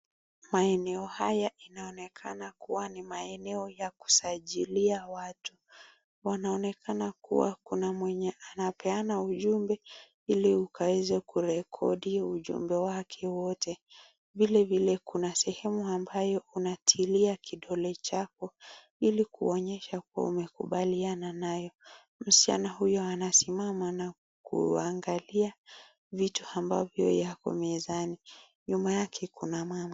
Maeneo haya inaoneka kuwa ni maeneo ya kusajilia watu. Wanaonekana kuwa kuna mwenye anapeana ujumbe ili ukaweze kurekodi ujumbe wake wote. Vilevile kuna sehemu ambayo unatilia kidole chako ili kuonyesha kuwa umekubaliana naye. Msichana huyo anasimama na kuangalia vitu ambayo yako mezani, nyuma yake kuna mama.